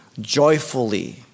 joyfully